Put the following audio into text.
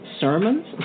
sermons